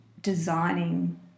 designing